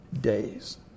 days